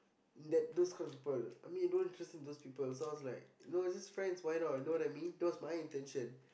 is that those kind of people I mean you don't interested in those people so I was like no just friends why not you know what I mean that was my intention